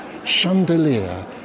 Chandelier